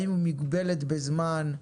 האם היא מוגבלת בזמן?